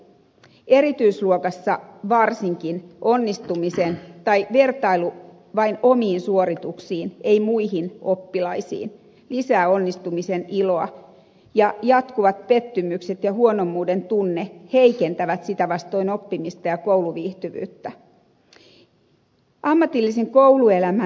erityisluokassa varsinkin onnistuminen tai vertailu vain omiin suorituksiin ei muihin oppilaisiin lisää onnistumisen iloa ja jatkuvat pettymykset ja huonommuuden tunne heikentävät sitä vastoin oppimista ja kouluviihtyvyyttä